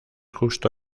justo